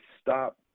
stop